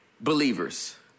believers